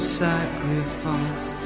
sacrifice